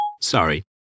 Sorry